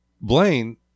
blaine